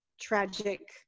tragic